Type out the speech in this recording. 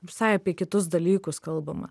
visai apie kitus dalykus kalbama